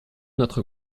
notre